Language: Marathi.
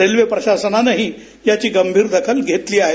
रेल्वे प्रशासनानंही त्याची गंभीर दखल घेतली आहे